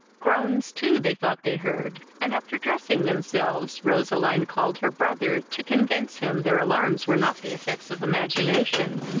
groans too they thought they heard and, after dressing themselves, roseline called her brother, to convince him their alarms were not the effects of imagination.